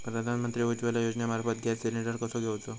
प्रधानमंत्री उज्वला योजनेमार्फत gas cylinder कसो घेऊचो?